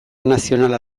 nazionala